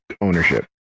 ownership